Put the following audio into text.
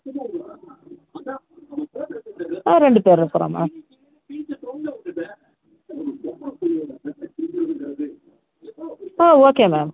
ஆ ரெண்டு பேர் இருக்கிறோம் மேம் ஆ ஓகே மேம்